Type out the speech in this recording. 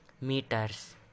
meters